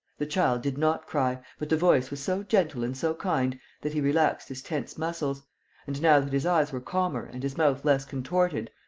the child did not cry, but the voice was so gentle and so kind that he relaxed his tense muscles and, now that his eyes were calmer and his mouth less contorted,